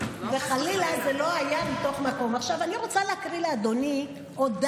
אבל חלילה, אגב, לעומתה, הוא התכוון לזה.